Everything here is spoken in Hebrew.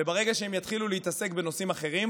ברגע שהם יתחילו להתעסק בנושאים אחרים